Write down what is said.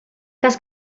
cas